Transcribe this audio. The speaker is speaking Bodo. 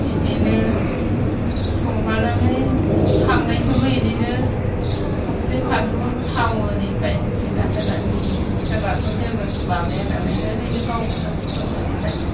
बेदिनो संनानै खांनायखौबो बेदिनो संख्रि बानलु थाव इरि बायदिसिना होनानै जोंनाथ जेबो माबाया नालाय ओरैनो गावगोजा फुदुंनानै जायो